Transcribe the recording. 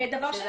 דבר שני,